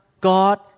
God